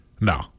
No